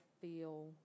feel